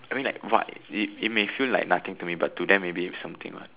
I mean like what it may feel like nothing to me but to them it may be something what